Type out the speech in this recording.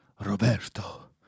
Roberto